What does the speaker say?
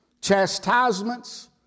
chastisements